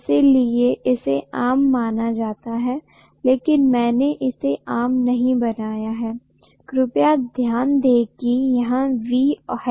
इसलिए इसे आम माना जाता है लेकिन मैंने इसे आम नहीं बनाया है कृपया ध्यान दें कि यहा V है